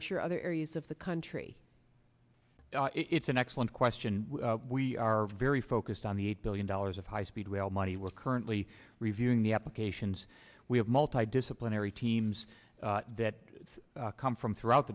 i'm sure other areas of the country it's an excellent question we are very focused on the eight billion dollars of high speed rail money we're currently reviewing the applications we have multi disciplinary teams that come from throughout